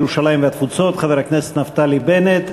ירושלים והתפוצות חבר הכנסת נפתלי בנט.